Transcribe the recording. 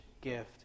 gift